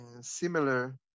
similar